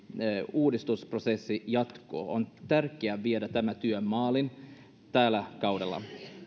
uudistusprosessi jatkuu on tärkeää viedä tämä työ maaliin tällä kaudella